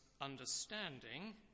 understanding